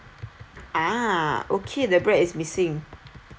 ah okay the bread is missing